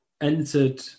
entered